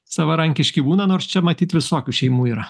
savarankiški būna nors čia matyt visokių šeimų yra